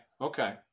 Okay